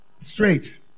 Straight